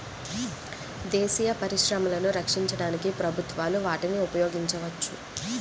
దేశీయ పరిశ్రమలను రక్షించడానికి ప్రభుత్వాలు వాటిని ఉపయోగించవచ్చు